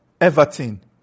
Everton